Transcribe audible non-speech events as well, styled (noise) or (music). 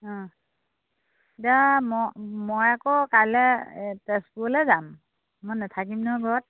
অ (unintelligible) ম মই আকৌ কাইলে তেজপুৰলৈ যাম মই নাথাকিম নহয় ঘৰত